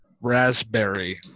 raspberry